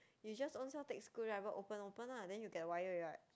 you just ownself take screwdriver open open lah then you get the wire already what